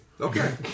Okay